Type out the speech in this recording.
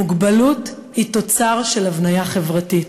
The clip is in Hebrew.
מוגבלות היא תוצר של הבניה חברתית.